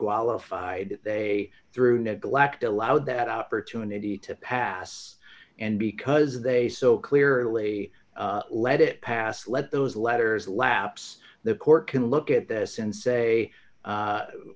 qualified they through neglect allowed that opportunity to pass and because they so clearly let it pass let those letters lapse the court can look at this and say